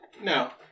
No